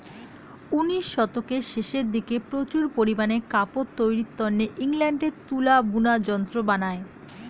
উনিশ শতকের শেষের দিকে প্রচুর পারিমানে কাপড় তৈরির তন্নে ইংল্যান্ডে তুলা বুনা যন্ত্র বানায়